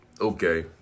okay